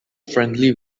friendly